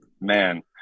man